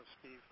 Steve